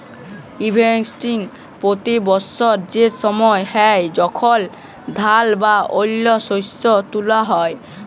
harvesting পতি বসর সে সময় হ্যয় যখল ধাল বা অল্য শস্য তুলা হ্যয়